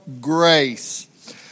grace